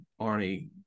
Arnie